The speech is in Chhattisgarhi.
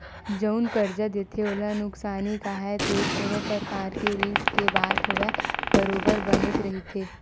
जउन करजा देथे ओला नुकसानी काहय ते कोनो परकार के रिस्क के बात होवय बरोबर बनेच रहिथे